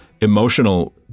emotional